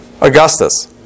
Augustus